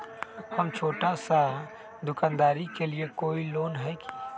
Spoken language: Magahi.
हम छोटा सा दुकानदारी के लिए कोई लोन है कि?